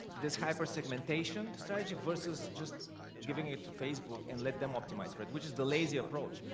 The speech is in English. this hyper segmentation strategy versus just giving it to facebook and let them optimize for it, which is the lazy approach,